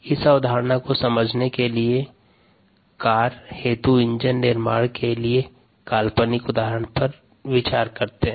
इस अवधारणा को समझने के लिए कार हेतु इंजन निर्माण के लिए काल्पनिक उदाहरण पर विचार करते है